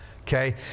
okay